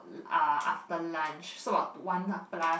uh after lunch so about one plus